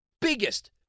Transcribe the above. biggest